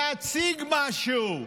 להציג משהו.